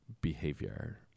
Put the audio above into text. behavior